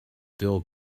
dull